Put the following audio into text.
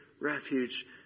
refuge